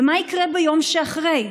ומה יקרה ביום שאחרי?